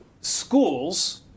schools